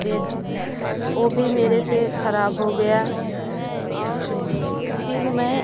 बे वो भी मेरे से खराब हो गया और फिर मैं